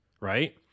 right